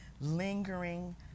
lingering